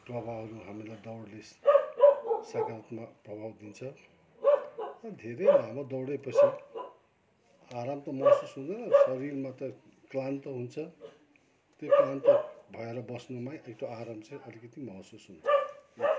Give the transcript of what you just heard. प्रभावहरू हामीलाई दौडले सकारात्मक प्रभाव दिन्छ धेरै लामो दौडेपछि आराम त महसुस हुँदैन शरीरमा त प्राण त हुन्छ त्यो प्राण त भएर बस्नुमै एक त आराम चाहिँ अलिकति महसुस हुन्छ